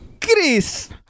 Chris